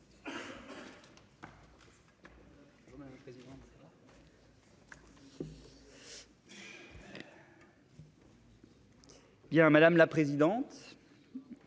Madame la présidente,